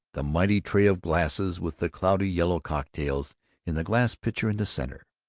the mighty tray of glasses with the cloudy yellow cocktails in the glass pitcher in the center.